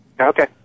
Okay